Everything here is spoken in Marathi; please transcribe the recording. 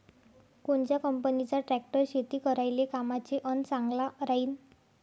कोनच्या कंपनीचा ट्रॅक्टर शेती करायले कामाचे अन चांगला राहीनं?